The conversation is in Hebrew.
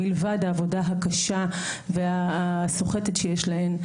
מלבד העבודה הקשה והסוחטת שיש להן,